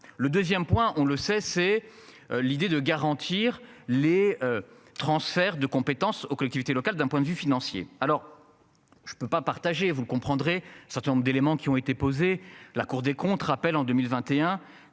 Le 2ème point. On le sait c'est l'idée de garantir les. Transferts de compétences aux collectivités locales d'un point de vue financier, alors. Je ne peux pas partager vous comprendrez certain nombre d'éléments qui ont été posées, la Cour des comptes rappelle en 2021